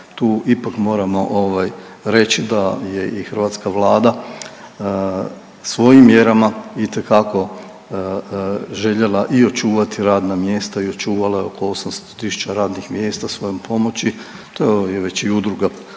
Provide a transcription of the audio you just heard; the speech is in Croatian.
Tu ipak moramo ovaj reći da je i hrvatska Vlada svojim mjerama itekako željela i očuvati radna mjesta i očuvala je oko 800 tisuća radnih mjesta svojom pomoć, to je već i udruga